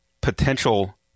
potential